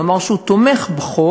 הוא אמר שהוא תומך בחוק,